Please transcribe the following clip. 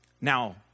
Now